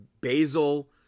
basil